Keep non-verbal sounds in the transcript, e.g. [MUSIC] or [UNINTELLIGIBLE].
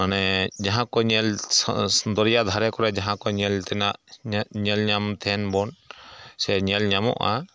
ᱢᱟᱱᱮ ᱡᱟᱦᱟᱸᱠᱚ ᱧᱮᱞ [UNINTELLIGIBLE] ᱫᱚᱨᱭᱟ ᱫᱷᱟᱨᱮ ᱠᱚᱨᱮ ᱡᱟᱦᱟᱸᱠᱚ ᱧᱮᱞ ᱛᱮᱱᱟᱜ ᱧᱮᱞ ᱧᱮᱞ ᱧᱟᱢ ᱛᱮᱦᱮᱵᱚᱱ ᱥᱮ ᱧᱮᱞ ᱧᱟᱢᱚᱜᱼᱟ